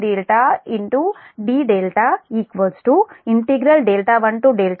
δ0 δ1 dδ 12 d కి సమానము